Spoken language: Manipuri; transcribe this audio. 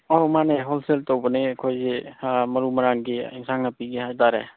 ꯑꯧ ꯃꯥꯅꯦ ꯍꯣꯜꯁꯦꯜ ꯇꯧꯕꯅꯦ ꯑꯩꯈꯣꯏꯒꯤ ꯃꯔꯨ ꯃꯔꯥꯡꯒꯤ ꯏꯟꯁꯥꯡ ꯅꯥꯄꯤꯒꯤ ꯍꯥꯏꯇꯥꯔꯦ